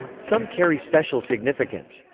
some carry special significance.